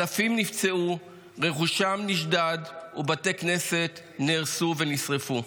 אלפים נפצעו, רכושם נשדד, ובתי כנסת נהרסו ונשרפו.